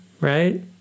right